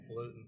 pollutant